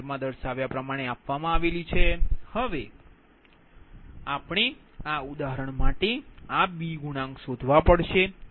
u હવે આપણે આ ઉદાહરણ માટે આ Bગુણાંક શોધવા પડશે